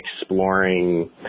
exploring